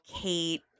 Kate